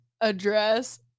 Address